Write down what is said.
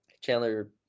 Chandler